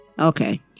Okay